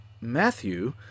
Matthew